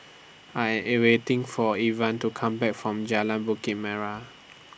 I Am A waiting For Ivah to Come Back from Jalan Bukit Merah